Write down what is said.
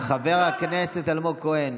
חבר הכנסת אלמוג כהן.